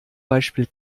beispiel